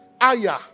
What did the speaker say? Aya